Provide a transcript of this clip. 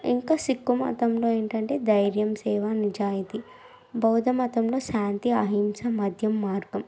ఇంకా సిక్కుమతంలో ఏంటంటే ధైర్యం సేవ నిజాయితీ బౌద్ధ మతంలో శాంతి అహింస మద్యం మార్పం